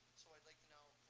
so i'd like to now